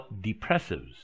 depressives